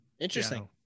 Interesting